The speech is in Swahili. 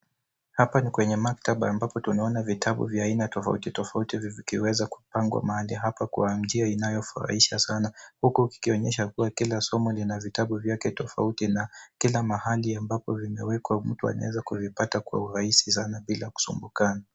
Hapa ni kwenye maktaba ambapo tunaona vitabu vya aina tofauti tofauti vikiweza kupangwa mahali hapa kwa njia inayofurahisha sana. Huku kikionyesha kila somo lina vitabu vyake tofauti na kila mahali ambapo vimewekwa mtu anaweza kuvipata kwa urahisi sana bila kusumbukana.